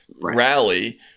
rally